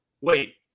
wait